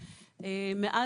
לקיים.